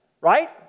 right